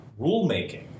rulemaking